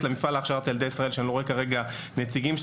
למפעל להכשרת ישראל שאני לא רואה כרגע נציגים שלהם,